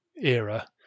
era